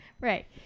Right